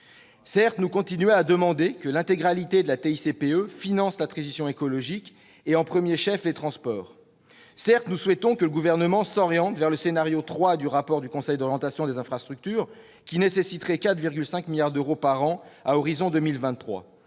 Certes, nous continuons de demander que l'intégralité du produit de la TICPE serve à financer la transition écologique, et en premier chef les transports. Certes, nous souhaitons que le Gouvernement s'oriente vers le scénario 3 du rapport du Conseil d'orientation des infrastructures, lequel nécessiterait 4,5 milliards d'euros par an à l'horizon de 2023,